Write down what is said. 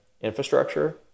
infrastructure